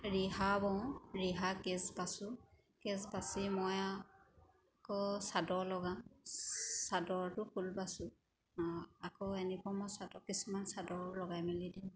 ৰিহা বওঁ ৰিহা কেছ বাচোঁ কেছ বাচি মই আকৌ চাদৰ লগাওঁ চাদৰটো ফুল বাছোঁ আকৌ উনিফৰ্মৰ চাদৰ কিছুমান চাদৰ লগাই মেলি দিওঁ